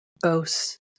Ghosts